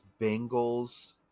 Bengals